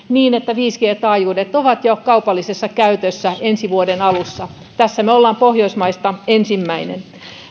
niin että viisi g taajuudet ovat jo kaupallisessa käytössä ensi vuoden alussa tässä me olemme pohjoismaista ensimmäinen